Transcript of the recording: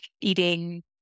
eating